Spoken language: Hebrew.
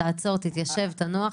תעצור, תתיישב, תנוח.